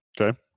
okay